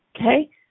Okay